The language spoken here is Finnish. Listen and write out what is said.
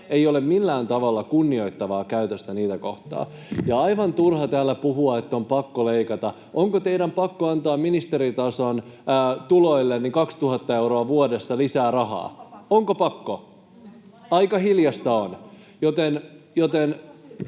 ei ole millään tavalla kunnioittavaa käytöstä heitä kohtaan. Ja on aivan turha täällä puhua, että on pakko leikata. Onko teidän pakko antaa ministeritason tuloihin 2 000 euroa vuodessa lisää rahaa? [Aino-Kaisa Pekonen: